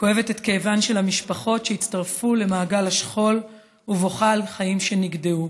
כואבת את כאבן של המשפחות שהצטרפו למעגל השכול ובוכה על חיים שנגדעו,